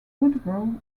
woodrow